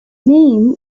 name